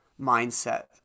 mindset